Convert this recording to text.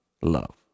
love